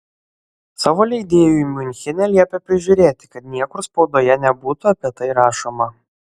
savo leidėjui miunchene liepė prižiūrėti kad niekur spaudoje nebūtų apie tai rašoma